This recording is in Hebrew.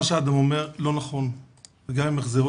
מה שאדם אומר לא נכון וגם אם יחזרו